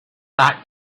that